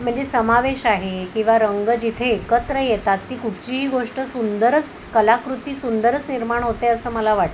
म्हणजे समावेश आहे किंवा रंग जिथे एकत्र येतात ती कुठचीही गोष्ट सुंदरच कलाकृती सुंदरच निर्माण होते असं मला वाटतं